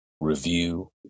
review